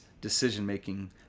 decision-making